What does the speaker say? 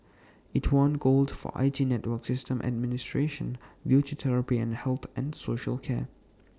IT won gold for I T network systems administration beauty therapy and health and social care